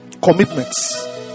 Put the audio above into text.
Commitments